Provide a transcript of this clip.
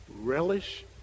relish